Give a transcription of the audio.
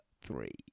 Three